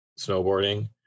snowboarding